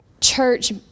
church